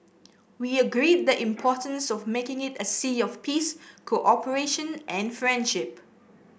we agreed the importance of making it a sea of peace cooperation and friendship